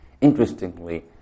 Interestingly